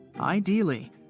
Ideally